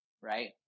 right